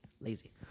lazy